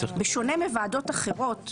בשונה מוועדות אחרות,